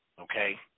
Okay